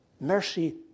Mercy